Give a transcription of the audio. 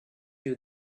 you